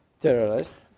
terrorists